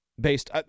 Based